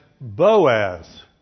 Boaz